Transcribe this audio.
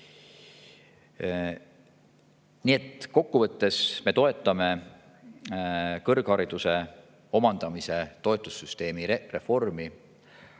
Nii et kokkuvõttes me toetame kõrghariduse omandamist toetava süsteemi reformi,